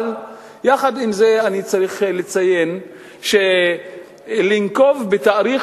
אבל עם זה אני צריך לציין שלנקוב בתאריך